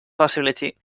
possibility